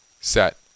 set